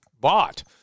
bought